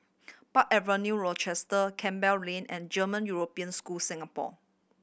Park Avenue Rochester Campbell Lane and German European School Singapore